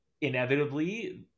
inevitably